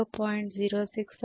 096 232